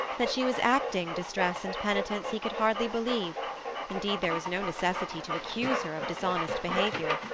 that she was acting distress and penitence he could hardly believe indeed, there was no necessity to accuse her of dishonest behaviour.